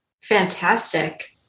Fantastic